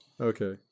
Okay